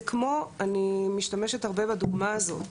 אני משתמשת הרבה בדוגמה הזאת: